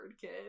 kid